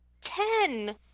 ten